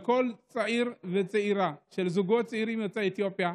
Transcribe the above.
לכל צעיר וצעירה, זוגות צעירים יוצאי אתיופיה,